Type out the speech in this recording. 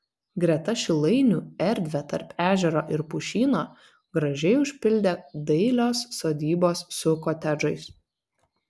greta šilainių erdvę tarp ežero ir pušyno gražiai užpildė dailios sodybos su kotedžais